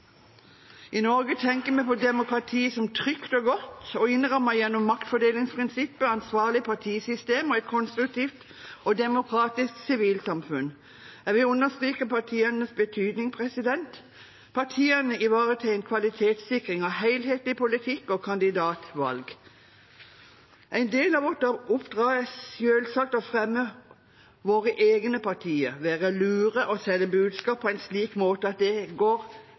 I Norge tenker vi på demokrati som trygt og godt og innrammet gjennom maktfordelingsprinsippet, et ansvarlig partisystem og et konstruktivt og demokratisk sivilsamfunn. Jeg vil understreke partienes betydning. Partiene ivaretar en kvalitetssikring av helhetlig politikk og kandidatvalg. En del av vårt oppdrag er selvsagt å fremme våre egne partier, være lure og selge budskap på en slik måte at de går hjem. Men vi skal være både statskvinner og statsmenn, og det